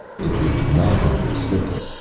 if we do not hunt the cytha,